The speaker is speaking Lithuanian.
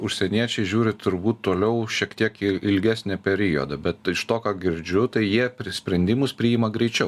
užsieniečiai žiūri turbūt toliau šiek tiek į ilgesnį periodą bet iš to ką girdžiu tai jie pri sprendimus priima greičiau